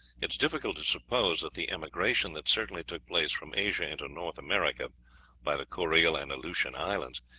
it is difficult to suppose that the emigration that certainly took place from asia into north america by the kourile and aleutian islands,